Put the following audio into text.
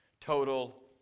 Total